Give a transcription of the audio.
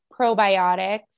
probiotics